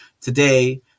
today